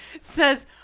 says